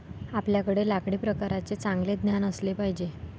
आपल्याकडे लाकडी प्रकारांचे चांगले ज्ञान असले पाहिजे